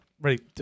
ready